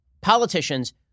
politicians